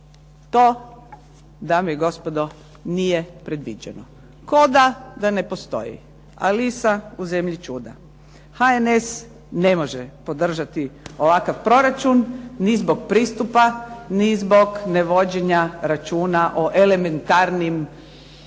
To dame i gospodo nije predviđeno, kao da ne postoji. Alisa u zemlji čuda. HNS ne može podržati ovakav proračun ni zbog pristupa, ni zbog ne vođenja računa o elementarnim